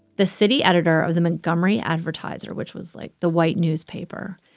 the city editor of the montgomery advertiser, which was like the white newspaper,